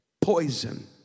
poison